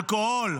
אלכוהול,